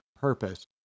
purpose